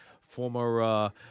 Former